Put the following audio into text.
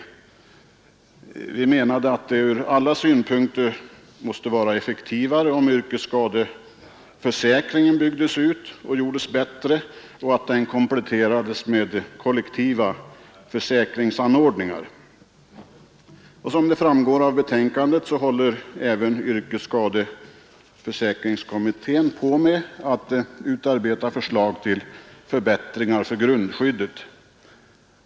Utskottet ansåg att det från alla synpunkter måste vara effektivare om yrkesskadeförsäkringen byggdes ut och gjordes bättre samt kompletterades med kollektiva försäkringsanordningar. Som framgår av betänkandet håller även yrkesskadeförsäkringskommittén på med att utarbeta förslag till förbättringar för grundskyddet.